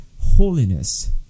holiness